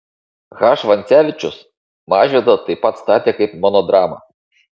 h vancevičius mažvydą taip pat statė kaip monodramą